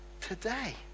today